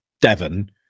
Devon